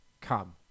Come